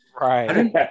Right